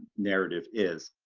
narrative is.